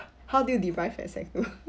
how do you derive at sec two